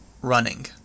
running